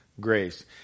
grace